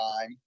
time